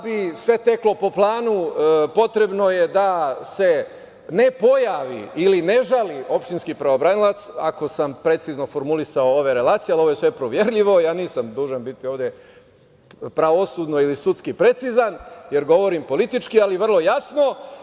Da bi sve teklo po planu potrebno je da se ne pojavi ili ne žali opštinski pravobranilac, ako sam precizno formulisao ove relacije, ali ovo je sve proverljivo, ja nisam dužan ovde biti pravosudno ili sudski precizan, jer govorim politički, ali vrlo jasno.